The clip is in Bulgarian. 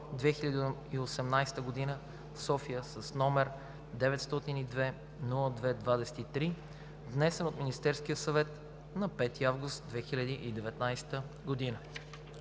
2018 г. в София, № 902-02-23, внесен от Министерския съвет на 5 август 2019 г.